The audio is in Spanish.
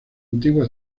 antigua